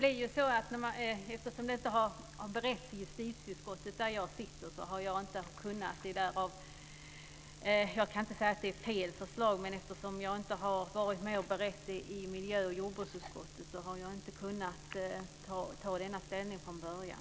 Fru talman! Eftersom ärendet inte har beretts i justitieutskottet, där jag sitter, har jag inte kunnat ta ställning. Jag kan inte säga att det är ett felaktigt förslag. Men eftersom jag inte har varit med och berett det i miljö och jordbruksutskottet, har jag inte kunnat ta ställning från början.